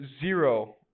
zero